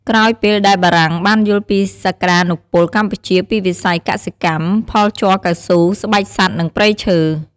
ក្រោយពេលដែលបារាំងបានយល់ពីសក្ដានុពលកម្ពុជាពីវិស័យកសិកម្ម ផលជ័រកៅស៊ូ ស្បែកសត្វ និងព្រៃឈើ ។